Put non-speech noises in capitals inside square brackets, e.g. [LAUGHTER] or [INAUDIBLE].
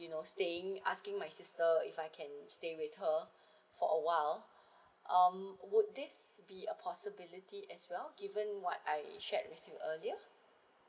you know staying asking my sister if I can stay with her [BREATH] for awhile [BREATH] um would this be a possibility as well given what I shared with you earlier